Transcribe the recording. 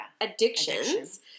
addictions